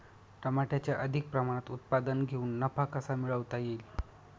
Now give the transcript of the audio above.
टमाट्याचे अधिक प्रमाणात उत्पादन घेऊन नफा कसा मिळवता येईल?